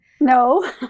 No